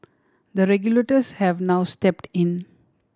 the regulators have now stepped in